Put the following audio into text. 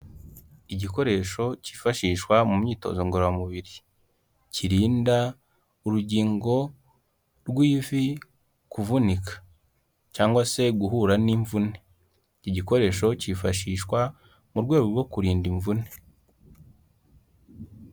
Igikoresho cyifashishwa mu myitozo ngororamubiri kirinda urugingo rw'ivi kuvunika cyangwa se guhura n'imvune, iki gikoresho cyifashishwa mu rwego rwo kurinda imvune.